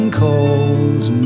calls